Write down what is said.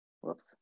Whoops